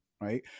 Right